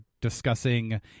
discussing